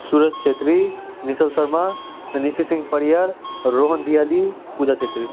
Suraj Chhetri Nischal Sharma Hanisi Singh Pariyar Rohan Diyali Puja Chhetri